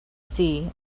see